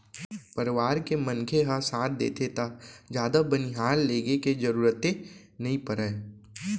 परवार के मनखे ह साथ देथे त जादा बनिहार लेगे के जरूरते नइ परय